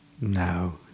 No